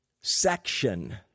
section